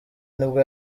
nibwo